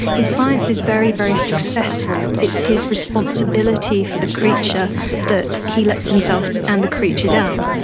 his science is very, very successful, it's his responsibility for the creature that he lets himself and the creature down.